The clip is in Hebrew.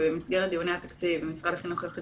ובמסגרת דיוני התקציב משרד החינוך יחליט